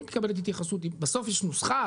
בסוף יש נוסחה,